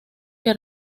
que